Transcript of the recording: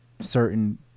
certain